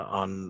on